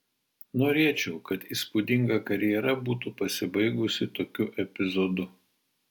norėčiau kad įspūdinga karjera būtų pasibaigusi tokiu epizodu